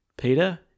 Peter